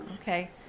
Okay